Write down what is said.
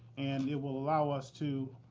and it will allow us to,